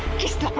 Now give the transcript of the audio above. just